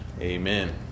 amen